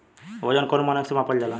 वजन कौन मानक से मापल जाला?